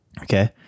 Okay